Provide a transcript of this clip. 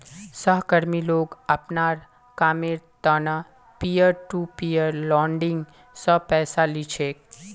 सहकर्मी लोग अपनार कामेर त न पीयर टू पीयर लेंडिंग स पैसा ली छेक